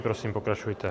Prosím, pokračujte.